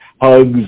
hugs